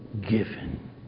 given